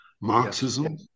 Marxism